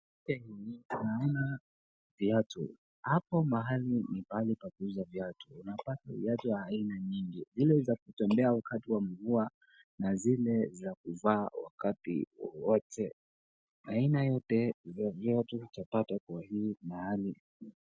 Hapo mahali ni pahali pa kuuza viatu, unapata viatu vya aina nyingi, zile za kutembea wakati wa mvua, na zile za kuvaa wakati wowote, aina zoye za viatu utapata kwa hii mahali.